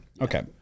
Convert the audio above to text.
okay